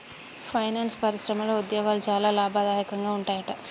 finance పరిశ్రమలో ఉద్యోగాలు చాలా లాభదాయకంగా ఉంటాయట